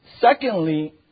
Secondly